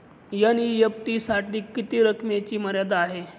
NEFT साठी किती रकमेची मर्यादा आहे?